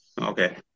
Okay